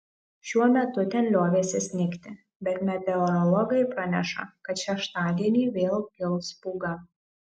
šiuo metu ten liovėsi snigti bet meteorologai praneša kad šeštadienį vėl kils pūga